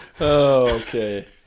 Okay